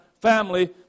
family